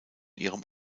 ihrem